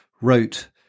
wrote